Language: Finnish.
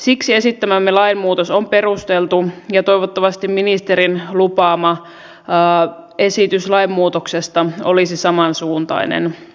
siksi esittämämme lainmuutos on perusteltu ja toivottavasti ministerin lupaama esitys lain muutoksesta olisi samansuuntainen